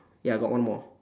ya got one more